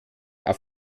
auf